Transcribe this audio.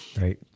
Right